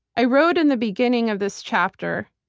i wrote in the beginning of this chapter,